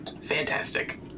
Fantastic